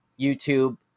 YouTube